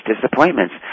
disappointments